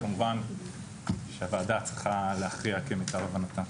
כמובן שהוועדה צריכה להכריע כמיטב הבנתה.